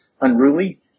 unruly